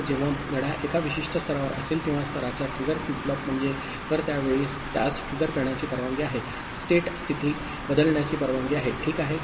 तर जेव्हा घड्याळ एका विशिष्ट स्तरावर असेल तेव्हा स्तराचा ट्रिगर फ्लिप फ्लॉप म्हणजे तर त्या वेळी त्यास ट्रिगर करण्याची परवानगी आहे स्टेट स्थिती बदलण्याची परवानगी आहे ठीक आहे